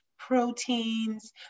proteins